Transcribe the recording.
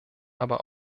aber